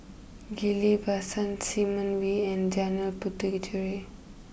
Ghillie Basan Simon Wee and Jalan Puthucheary